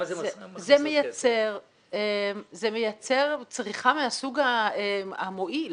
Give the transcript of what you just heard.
זה מייצר צריכה מהסוג המועיל